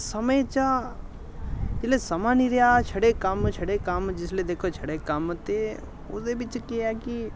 समें चा जिल्लै समां निं रेहा छड़े कम्म छड़े कम्म जिसलै दिखचै छड़े कम्म ते उसदे बिच्च केह् ऐ कि